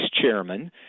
chairman